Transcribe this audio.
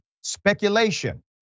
speculation